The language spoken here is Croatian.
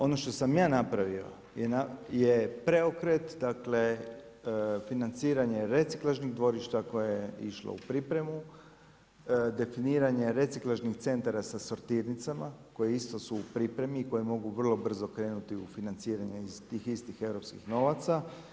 Ono što sam ja napravio, je pokret, dakle, financiranja reciklažnih dvorišta koje je išlo u pripremu, definiranja reciklažnih centara sa sortirnicama koje isto su u pripremi i koje mogu vrlo brzo krenuti u financiranje iz tih istih europskih novaca.